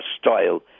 style